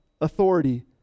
authority